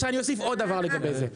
עכשיו אני אוסיף עוד דבר לגבי זה,